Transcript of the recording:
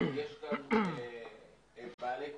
יש כאן בעלי תפקידים,